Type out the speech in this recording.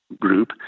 group